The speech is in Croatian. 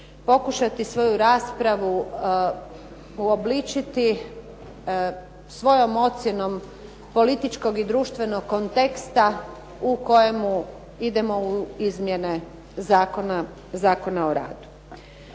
pokušati svoju raspravu obličiti svojom ocjenom političkog i društvenog konteksta u kojemu idemo izmjene Zakona o radu.